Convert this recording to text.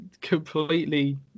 completely